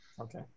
Okay